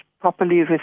properly